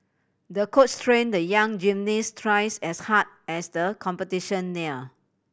the coach trained the young gymnast twice as hard as the competition neared